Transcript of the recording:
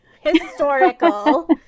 historical